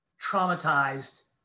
traumatized